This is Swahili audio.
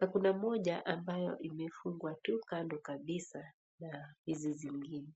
na kuna moja ambayo imefungwa tu kando kabisa ya hizi zingine.